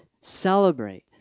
Celebrate